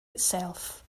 itself